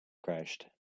crashed